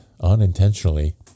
unintentionally